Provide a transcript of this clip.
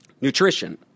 Nutrition